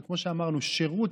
שירות,